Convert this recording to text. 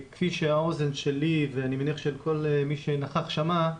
כפי שהאוזן שלי, ואני מניח שכל מי שנכח, שמע,